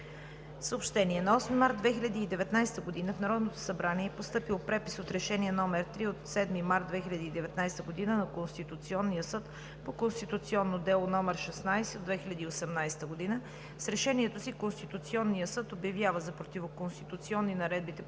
Съобщения: На 8 март 2019 г. в Народното събрание е постъпил препис от Решение № 3 от 7 март 2019 г. на Конституционния съд по конституционно дело № 16 от 2018 г. С решението си Конституционният съд обявява за противоконституционни наредбите по чл.